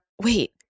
wait